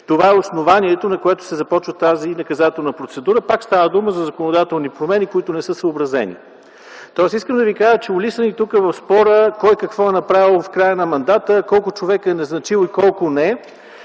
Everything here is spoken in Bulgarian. това е основанието, на което се започва тази наказателна процедура. Пак става дума за законодателни промени, които не са съобразени. Тоест, искам да ви кажа, че улисани тук в спора кой какво е направил в края на мандата, колко човека е назначил и колко не